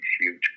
huge